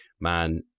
man